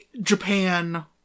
japan